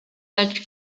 such